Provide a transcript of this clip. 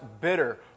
bitter